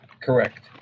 Correct